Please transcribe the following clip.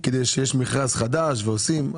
כי יש מכרז חדש ועושים.